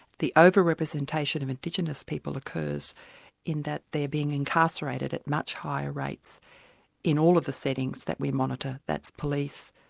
the over-representation of indigenous people occurs in that they're being incarcerated at much higher rates in all of the settings that we monitor that's police,